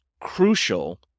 crucial